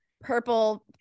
purple